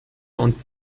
und